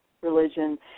religion